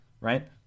Right